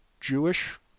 Jewish